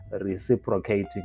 reciprocating